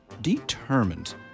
determined